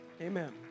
Amen